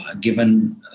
given